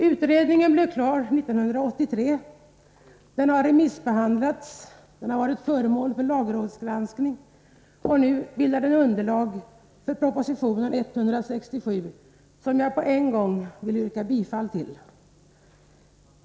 Utredningen blev klar under 1983, har remissbehandlats samt varit föremål för lagrådsgranskning och bildar nu underlag för proposition 1983/84:167, som jag redan nu vill yrka bifall till.